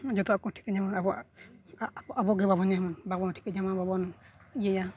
ᱡᱚᱛᱚᱣᱟᱜ ᱠᱚ ᱴᱷᱤᱠᱟᱹ ᱧᱟᱢᱟ ᱟᱵᱚᱣᱟᱜ ᱟᱵᱚ ᱜᱮ ᱵᱟᱵᱚᱱ ᱧᱟᱢᱟ ᱵᱟᱵᱚᱱ ᱴᱷᱤᱠᱟᱹ ᱧᱟᱢᱟ ᱵᱟᱵᱚᱱ ᱤᱭᱟᱹᱭᱟ